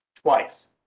Twice